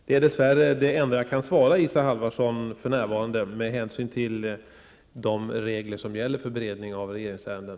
Det är dess värre det enda jag kan svara Isa Halvarsson för närvarande, med hänsyn till de regler som gäller för beredning av regeringsärenden.